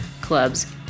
clubs